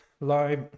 live